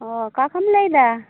ᱚ ᱚᱠᱟ ᱠᱷᱚᱱᱮᱢ ᱞᱟᱹᱭᱮᱫᱟ